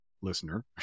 listener